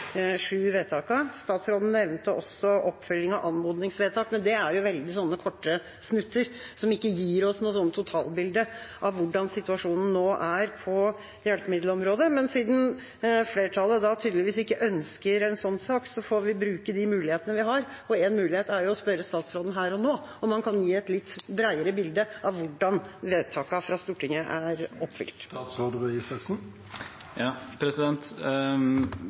sju vedtakene. Statsråden nevnte også oppfølging av anmodningsvedtak, men det er veldig korte snutter som ikke gir oss noe totalbilde av hvordan situasjonen nå er på hjelpemiddelområdet. Men siden flertallet tydeligvis ikke ønsker en sånn sak, får vi bruke de mulighetene vi har, og en mulighet er å spørre statsråden her og nå om han kan gi et litt bredere bilde av hvordan vedtakene i Stortinget er oppfylt.